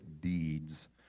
deeds